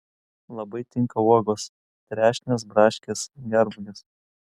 labai tinka uogos trešnės braškės gervuogės